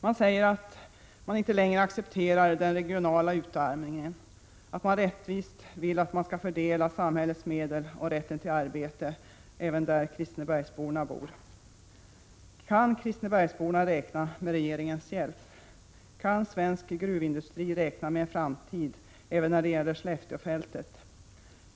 De sade att de inte längre accepterar den regionala utarmningen och att de vill ha en rättvis fördelning av samhällets medel och rätten till arbete även till kristinebergsborna. Kan dessa människor räkna med regeringens hjälp? Kan svensk gruvindustri räkna med en framtid även när det gäller Skelleftefältet?